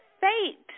fate